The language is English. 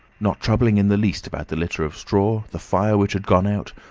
not troubling in the least about the litter of straw, the fire which had gone out,